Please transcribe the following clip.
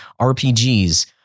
RPGs